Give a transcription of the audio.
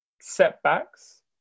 setbacks